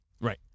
Right